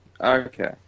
Okay